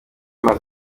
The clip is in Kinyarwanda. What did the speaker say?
mazi